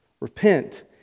Repent